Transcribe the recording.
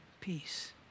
peace